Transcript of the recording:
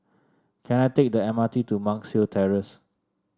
can I take the M R T to Monk's Hill Terrace